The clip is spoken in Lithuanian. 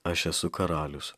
aš esu karalius